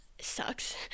sucks